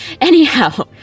Anyhow